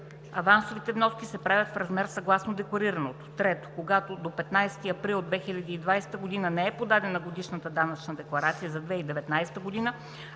авансовите вноски се правят в размер съгласно декларираното; 3. когато до 15.04.2020 г. не е подадена годишната данъчна декларация за 2019 г.,